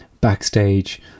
backstage